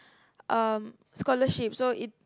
um scholarship so it